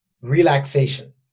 relaxation